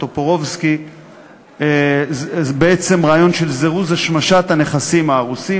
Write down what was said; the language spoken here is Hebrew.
טופורובסקי רעיון של זירוז השמשת הנכסים ההרוסים,